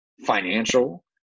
financial